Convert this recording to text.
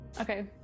Okay